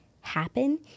happen